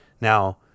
Now